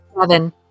seven